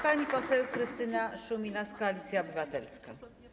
Pani poseł Krystyna Szumilas, Koalicja Obywatelska.